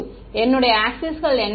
என்னுடைய ஆக்ஸிஸ்கள் என்ன